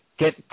get